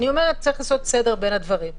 צריך לעשות סדר בדברים.